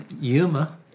Yuma